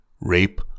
Rape